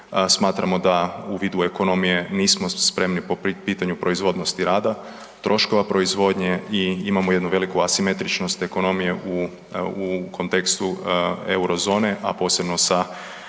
Smatramo da u vidu ekonomije nismo spremni po pitanju proizvodnosti rada, troškova proizvodnje i imamo jednu veliku asimetričnost ekonomije u kontekstu Eurozone, a posebno sa